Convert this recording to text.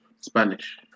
Spanish